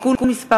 (תיקון מס'